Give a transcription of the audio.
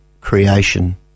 creation